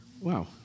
Wow